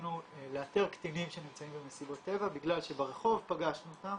רצינו לאתר קטינים שנמצאים במסיבות טבע בגלל שברחוב פגשנו אותם,